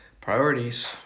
priorities